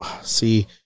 see